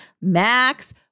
Max